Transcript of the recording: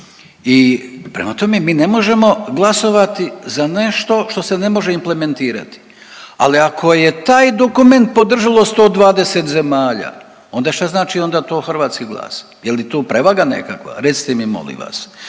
i prema tome, mi ne možemo glasovati za nešto što se ne može implementirati, ali ako je taj dokument podržalo 120 zemalja, onda šta znači onda to hrvatski glas, je li tu prevaga nekakva, recite mi, molim vas?